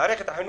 במערכת החינוך,